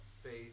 faith